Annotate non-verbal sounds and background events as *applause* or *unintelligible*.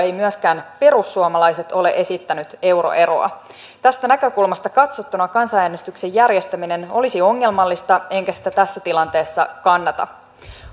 *unintelligible* ei myöskään perussuomalaiset ole esittänyt euroeroa tästä näkökulmasta katsottuna kansanäänestyksen järjestäminen olisi ongelmallista enkä sitä tässä tilanteessa kannata